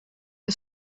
the